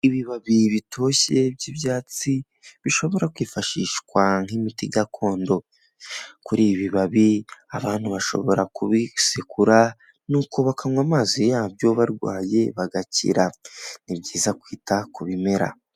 Ibibabi bitoshye by'ibyatsi bishobora kwifashishwa nk'imiti gakondo. Kuri ibi ibabi abantu bashobora kubisekura nuko bakanywa amazi yabyo barwaye bagakira. Ni byiza kwita ku bimera.